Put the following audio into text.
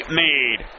made